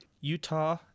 Utah